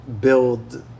build